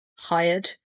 hired